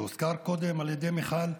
שהוזכר קודם על ידי מיכל,